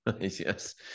Yes